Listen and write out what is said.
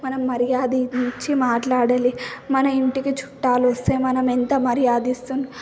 మనం మర్యాద ఇచ్చి మాట్లాడాలి మన ఇంటికి చుట్టాలు వస్తే మనం ఎంత మర్యాద ఇస్తాం